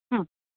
ಹ್ಞೂ